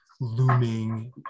looming